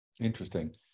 Interesting